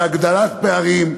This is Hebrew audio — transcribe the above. זה הגדלת פערים,